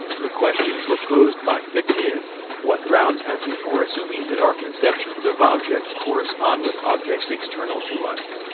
the question proposed by fichte is what grounds have we for assuming that our conceptions of objects correspond with objects external to us?